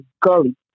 gully